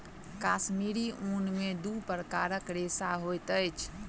कश्मीरी ऊन में दू प्रकारक रेशा होइत अछि